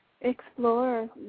Explore